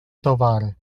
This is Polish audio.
towary